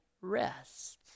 rest